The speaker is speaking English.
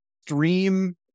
stream